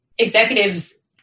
executives